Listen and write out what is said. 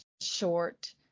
short